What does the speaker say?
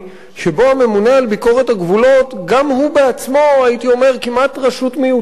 שבה הממונה על ביקורת הגבולות גם הוא בעצמו כמעט רשות מיותרת,